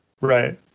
Right